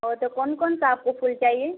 वह तो कौन कौनसा आपको फूल चाहिए